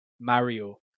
mario